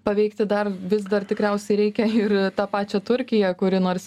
paveikti dar vis dar tikriausiai reikia ir tą pačią turkiją kuri nors